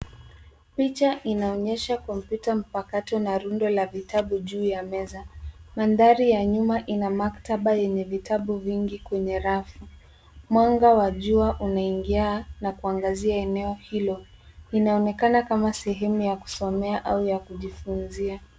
Picha inaonyesha kompyuta mpakato na rundo la vitabu juu meza. Mandhari ya nyuma ina maktaba yenye vitabu vingi kwenye rafu. Mwanga wa jua unaingia na kuangazia eneo hilo. Inaonekana kama sehemu ya kusomea au ya kujifunzia.